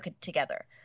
together